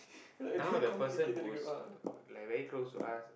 now the person who's like very close to us